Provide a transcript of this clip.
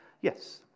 yes